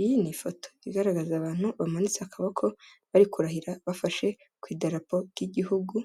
Iyi ni ifoto igaragaza abantu bamanitse akaboko bari kurahira bafashe ku idarapo ry'igihugu,